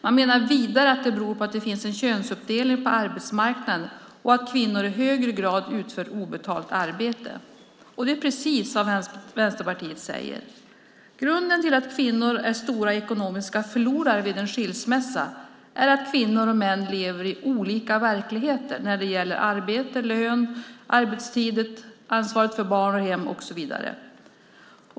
Man menar vidare att det beror på att det finns en könsuppdelning på arbetsmarknaden och att kvinnor i högre grad utför obetalt arbete. Det är precis vad Vänsterpartiet säger. Grunden till att kvinnor är stora ekonomiska förlorare vid en skilsmässa är att kvinnor och män lever i olika verkligheter när det gäller arbete, lön, arbetstider, ansvaret för barn och hem och så vidare.